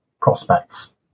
prospects